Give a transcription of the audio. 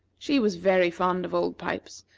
she was very fond of old pipes,